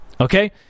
Okay